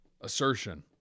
assertion